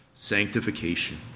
Sanctification